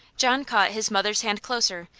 john caught his mother's hand closer,